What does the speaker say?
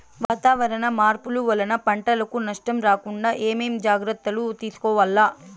వాతావరణ మార్పులు వలన పంటలకు నష్టం రాకుండా ఏమేం జాగ్రత్తలు తీసుకోవల్ల?